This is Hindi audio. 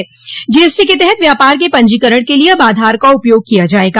ॅजीएसटी के तहत व्यापार के पंजीकरण के लिए अब आधार का उपयोग किया जाएगा